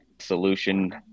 solution